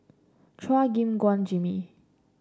Chua Gim Guan Jimmy